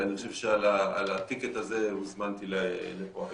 אני חושב שעל הטיקט הזה הוזמנתי לפה היום.